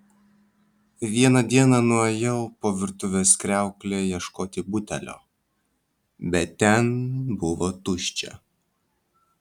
vieną dieną nuėjau po virtuvės kriaukle ieškoti butelio bet ten buvo tuščia